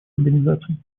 организаций